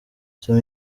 soma